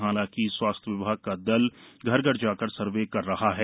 हालांकि स्वास्थ्य विभाग का दल घर घर जाकर सर्वे कर रहा है